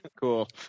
cool